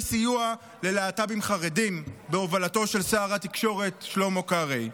סיוע ללהט"בים חרדים בהובלתו של שר התקשורת שלמה קרעי.